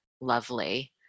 lovely